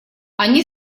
они